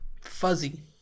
fuzzy